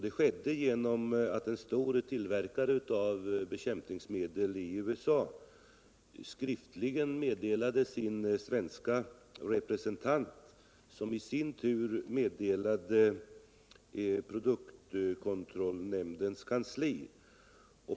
Det skedde genom att en stor tillverkare av bekämpningsmedel i USA skriftligen meddelade sin svenska representant, som i sin tur meddelade produktkontrollnämndens kansli.